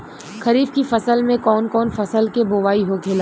खरीफ की फसल में कौन कौन फसल के बोवाई होखेला?